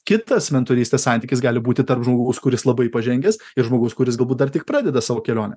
kitas mentorystės santykis gali būti tarp žmogaus kuris labai pažengęs ir žmogaus kuris galbūt dar tik pradeda savo kelionę